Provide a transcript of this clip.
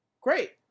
Great